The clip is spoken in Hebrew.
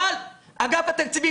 כ"ז באדר התשפ"א.